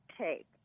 take